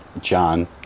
John